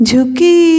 Juki